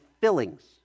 fillings